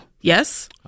Yes